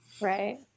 Right